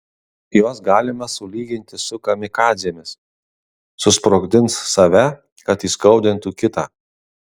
juos galima sulyginti su kamikadzėmis susprogdins save kad įskaudintų kitą